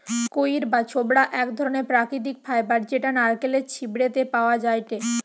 কইর বা ছোবড়া এক ধরণের প্রাকৃতিক ফাইবার যেটা নারকেলের ছিবড়ে তে পাওয়া যায়টে